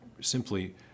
simply